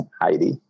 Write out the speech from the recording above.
Heidi